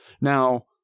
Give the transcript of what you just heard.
now